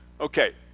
Okay